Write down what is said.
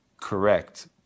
correct